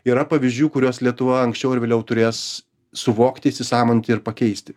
yra pavyzdžių kuriuos lietuva anksčiau ar vėliau turės suvokti įsisąmoninti ir pakeisti